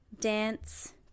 dance